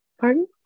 Pardon